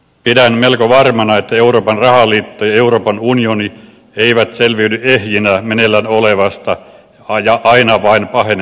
pidän melko varmana että euroopan rahaliitto ja euroopan unioni eivät selviydy ehjinä meneillään olevasta ja aina vain pahenevasta kriisistä